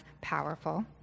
powerful